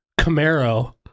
Camaro